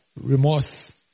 remorse